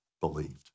believed